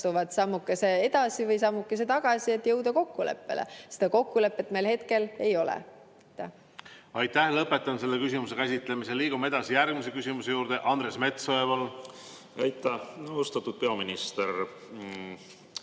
astuvad sammukese edasi või sammukese tagasi, et jõuda kokkuleppele. Seda kokkulepet meil hetkel ei ole. Aitäh! Lõpetan selle küsimuse käsitlemise. Liigume edasi järgmise küsimuse juurde. Andres Metsoja, palun! Aitäh! Lõpetan selle